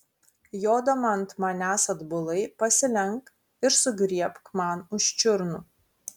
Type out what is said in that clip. jodama ant manęs atbulai pasilenk ir sugriebk man už čiurnų